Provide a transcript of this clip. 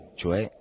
cioè